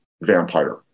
vampire